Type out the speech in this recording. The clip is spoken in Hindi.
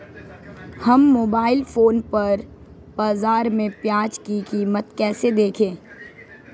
हम मोबाइल फोन पर बाज़ार में प्याज़ की कीमत कैसे देखें?